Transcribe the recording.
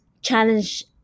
challenge